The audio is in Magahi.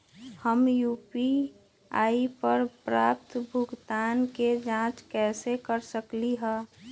हम यू.पी.आई पर प्राप्त भुगतान के जाँच कैसे कर सकली ह?